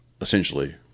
essentially